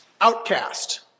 Outcast